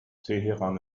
teheran